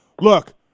Look